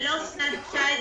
ולא שנת 19',